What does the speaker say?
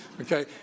Okay